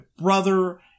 brother